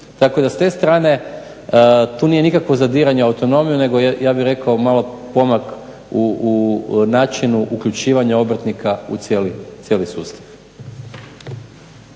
Tako da s te strane tu nije nikakvo zadiranje u autonomiju nego ja bih rekao malo pomak u načinu uključivanja obrtnika u cijeli sustav.